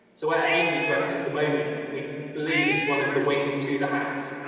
so where amy's working at the moment, we believe it's one of the wings to the house.